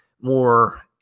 more